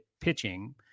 pitching